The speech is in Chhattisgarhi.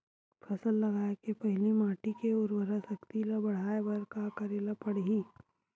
फसल लगाय के पहिली माटी के उरवरा शक्ति ल बढ़ाय बर का करेला पढ़ही?